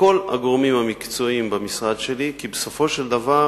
אצל הגורמים המקצועיים במשרד שלי, כי בסופו של דבר